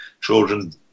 children